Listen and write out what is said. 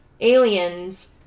aliens